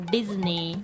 Disney